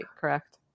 correct